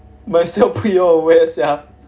might as well 不要 wear sia